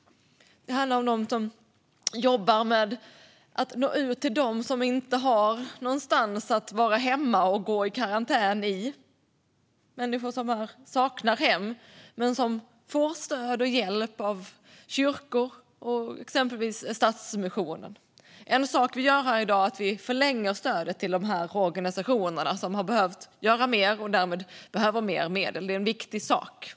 Det handlar om dem som jobbar med att nå ut till dem som inte har någonstans att vara hemma och vara i karantän. Det är människor som saknar hem men som får stöd och hjälp av kyrkor och exempelvis Stadsmissionen. En sak vi gör här i dag är att vi förlänger stödet till de organisationer som har behövt göra mer och därmed behöver mer medel. Det är en viktig sak.